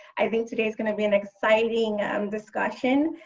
i think today is going to be an exciting um discussion.